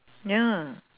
ya